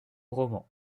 roman